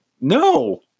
No